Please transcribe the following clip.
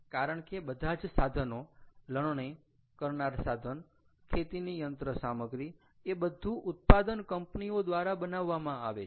કારણ કે બધા જ સાધનો લણણી કરનાર સાધન ખેતીની યંત્ર સામગ્રી એ બધું ઉત્પાદન કંપનીઓ દ્વારા બનાવવામાં આવે છે